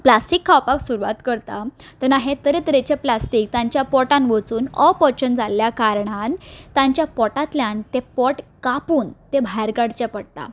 plastic खावपाक सुरवात करता तेन्ना हें तरेतरेचें प्लास्टीक पोटान वचून अपचन जाल्ल्या कारणान तांच्या पोटांतल्यान तें पोट कापून तें भायर काडचें पडटा